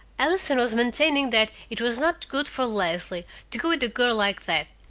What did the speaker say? allison was maintaining that it was not good for leslie to go with a girl like that,